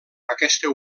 aquesta